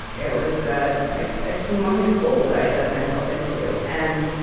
it was a like ah humongous hole that i dug myself into. and